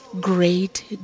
great